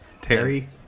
Terry